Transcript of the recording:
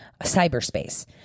cyberspace